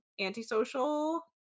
antisocial